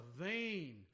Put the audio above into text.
vain